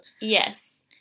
Yes